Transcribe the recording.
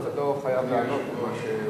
אתה לא חייב לענות למה שהוא מציע.